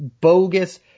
bogus